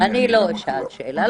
אני לא אשאל שאלה כזו,